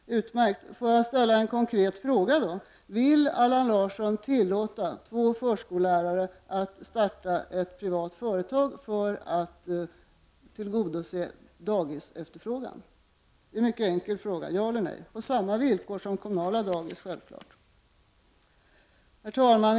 Utmärkt. Låt mig då ställa en konkret fråga: Vill Allan Larsson tillåta två förskollärare att starta ett privat företag för att — självfallet på samma villkor som kommunala daghem -— tillgodose efterfrågan på daghemsplatser? Det är en mycket enkel fråga, som kan besvaras med ja eller nej. Herr talman!